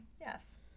Yes